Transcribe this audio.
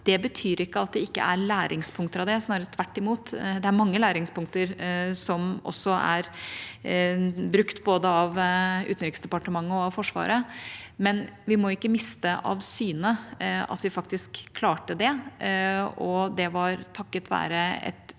Det betyr ikke at det ikke er læringspunkter av det, snarere tvert imot. Det er mange læringspunkter, som også er brukt både av Utenriksdepartementet og av Forsvaret, men vi må ikke miste av syne at vi faktisk klarte det, og det var et usedvanlig